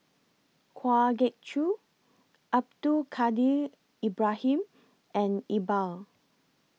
Kwa Geok Choo Abdul Kadir Ibrahim and Iqbal